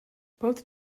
both